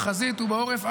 בחזית ובעורף,